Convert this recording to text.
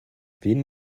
wen